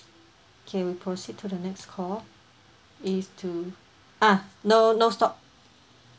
K we proceed to the next call it's to ah no no stop